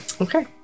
Okay